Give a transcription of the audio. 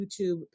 YouTube